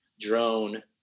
drone